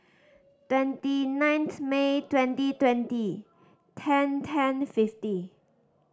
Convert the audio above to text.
twenty ninth May twenty twenty ten ten fifty